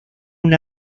una